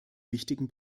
wichtigen